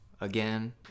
again